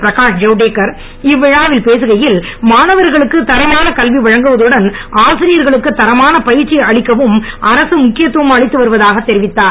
பிரகாஷ் ஜவ்டேக்கர் இவ்விழாவில் பேசுகையில் மாணவர்களுக்கு தரமான கல்வி வழங்குவதுடன் ஆசிரியர்களுக்கு தரமான பயிற்சி அளிக்கவும் அரக முக்கியத்துவம் அளித்து வருவதாக தெரிவித்தார்